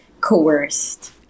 coerced